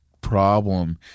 problem